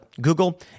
Google